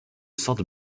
sainte